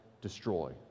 destroy